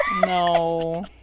No